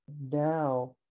now